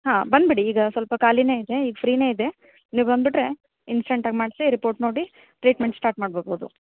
ಹಾಂ ಬಂದ್ಬಿಡಿ ಈಗ ಸ್ವಲ್ಪ ಖಾಲಿನೇ ಇದೆ ಈಗ ಫ್ರೀನೇ ಇದೆ ನೀವು ಬಂದ್ಬಿಟ್ರೆ ಇನ್ಸ್ಟೆಂಟಾಗಿ ಮಾಡಿಸಿ ರಿಪೋರ್ಟ್ ನೋಡಿ ಟ್ರೀಟ್ಮೆಂಟ್ ಸ್ಟಾರ್ಟ್ ಮಾಡ್ಬಿಡ್ಬಹುದು